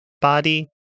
body